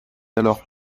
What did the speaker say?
alors